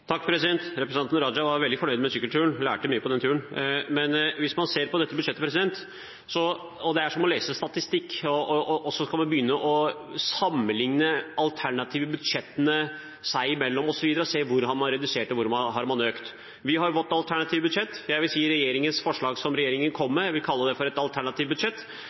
var veldig fornøyd med sykkelturen og lærte mye på den. Det er som å lese statistikk hvis man ser på dette budsjettet og skal begynne å sammenlikne de alternative budsjettene seg imellom og så videre, og se hvor man har redusert, og hvor man har økt. Vi har vårt alternative budsjett. Jeg vil kalle forslaget regjeringen kom med, for et alternativt budsjett. Hvis man ser på budsjettet som faktisk har blitt vedtatt, øker det